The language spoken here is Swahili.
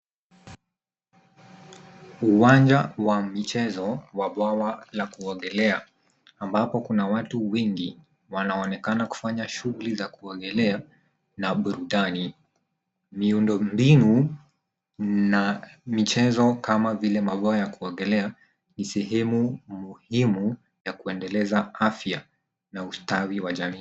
Uwanja wa michezo wa bawa ya kuogelea amabapo kuna watu wengi wanaonekana kufanya shughuli za kuogelea na burudani. Miundombinu na michezo kama vile mabawa ya kuogelea ni sehemu muhimu ya kuendeleza afya na ustawi wa jamii.